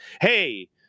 Hey